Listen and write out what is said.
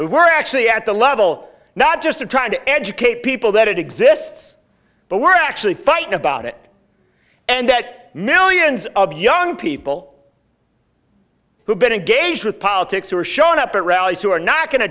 we're actually at the level not just of trying to educate people that it exists but we're actually fighting about it and that millions of young people who've been engaged with politics who are showing up at rallies who are not going to